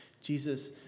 Jesus